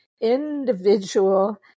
individual